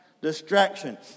distraction